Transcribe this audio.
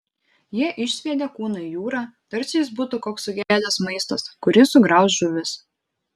jie išsviedė kūną į jūrą tarsi jis būtų koks sugedęs maistas kurį sugrauš žuvys